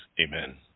Amen